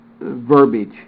verbiage